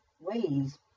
ways